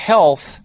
Health